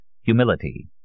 Humility